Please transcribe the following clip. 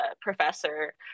professor